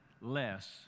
less